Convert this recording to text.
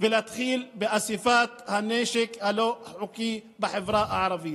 שסגר את שערי הארץ בפני פליטי